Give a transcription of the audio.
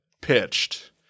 pitched